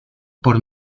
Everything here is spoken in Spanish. por